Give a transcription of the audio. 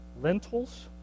lentils